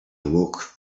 awoke